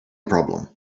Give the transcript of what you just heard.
problem